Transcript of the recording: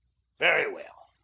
very well.